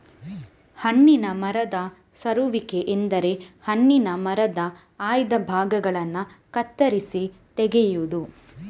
ಹಣ್ಣಿನ ಮರದ ಸರುವಿಕೆ ಎಂದರೆ ಹಣ್ಣಿನ ಮರದ ಆಯ್ದ ಭಾಗಗಳನ್ನ ಕತ್ತರಿಸಿ ತೆಗೆಯುದು